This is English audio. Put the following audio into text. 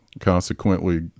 Consequently